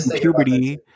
puberty